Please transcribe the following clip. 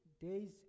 days